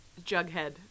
jughead